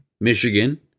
Michigan